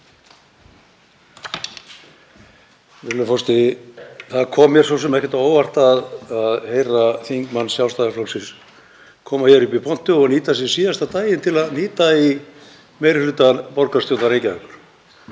Það kom mér svo sem ekkert á óvart að heyra þingmann Sjálfstæðisflokksins koma hér upp í pontu og nýta síðasta daginn til að hnýta í meiri hluta borgarstjórnar Reykjavíkur.